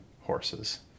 horses